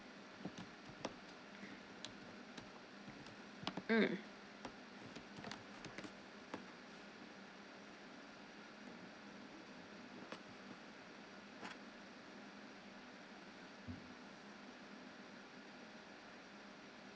mm